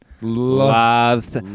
Loves